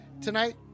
tonight